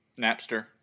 Napster